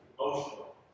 emotional